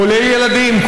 כולל ילדים,